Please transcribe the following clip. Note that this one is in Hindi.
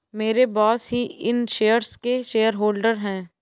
मेरे बॉस ही इन शेयर्स के शेयरहोल्डर हैं